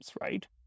right